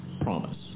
promise